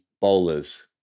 Bowlers